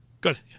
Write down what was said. Good